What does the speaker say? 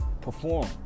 perform